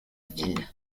ville